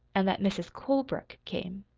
and that mrs. colebrook came.